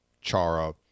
chara